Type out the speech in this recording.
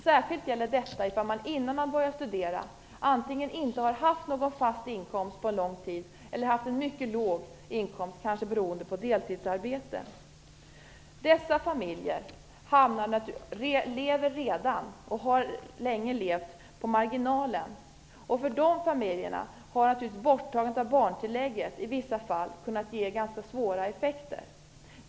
Särskilt gäller detta om man innan man börjar studera antingen inte har haft någon fast inkomst under lång tid eller har haft en mycket låg inkomst, kanske beroende på deltidsarbete. Dessa familjer lever redan och har länge levt på marginalen. För de familjerna har naturligtvis borttagandet av barntillägget i vissa fall kunnat ge ganska svåra effekter.